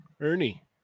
ernie